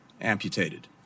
amputated